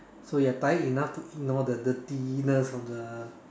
so you are tired enough to ignore the the dirtiness of the